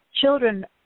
children